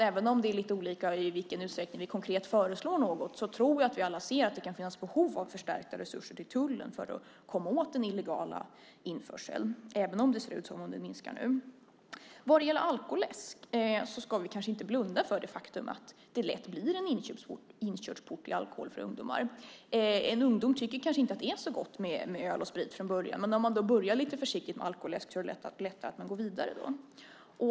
Även om det är lite olika i vilken utsträckning vi konkret föreslår något tror jag att vi alla ser att det kan finnas behov av förstärkta resurser till tullen för att komma åt den illegala införseln - även om det ser ut som om den minskar nu. Vad gäller alkoläsk ska vi inte blunda för det faktum att den lätt blir en inkörsport till alkohol för ungdomar. En ung person tycker kanske inte från början att det är så gott med öl och sprit, men när man börjar lite försiktigt med alkoläsk är det lättare att gå vidare.